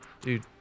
Dude